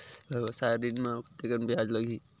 व्यवसाय ऋण म कतेकन ब्याज लगही?